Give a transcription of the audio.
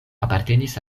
apartenis